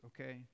okay